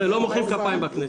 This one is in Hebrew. הוא צודק, לא מוחאים כפיים בכנסת.